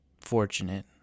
fortunate